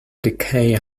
decay